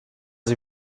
sie